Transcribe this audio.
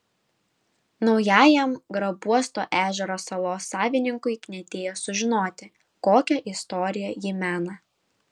naujajam grabuosto ežero salos savininkui knietėjo sužinoti kokią istoriją ji mena